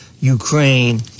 Ukraine